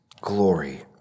glory